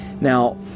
Now